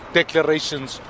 declarations